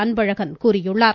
அன்பழகன் கூறியுள்ளார்